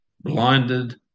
blinded